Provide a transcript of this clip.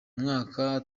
mwaka